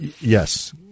Yes